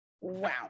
wow